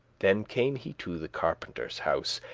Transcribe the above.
then came he to the carpentere's house,